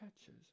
catches